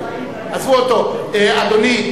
אדוני,